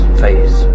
face